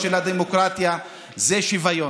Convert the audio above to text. מדינת לאום דמוקרטית, אין שום מילה.